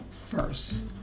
first